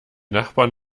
nachbarn